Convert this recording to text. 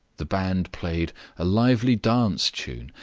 the band played a lively dance tune,